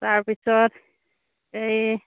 তাৰ পিছত এই